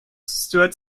stuart